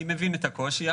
אני מבין את הקושי.